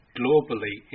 globally